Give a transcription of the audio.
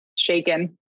shaken